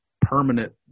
permanent